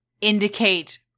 indicate